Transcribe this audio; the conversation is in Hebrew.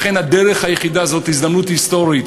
לכן, הדרך היחידה, זאת הזדמנות היסטורית,